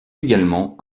également